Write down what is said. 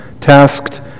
tasked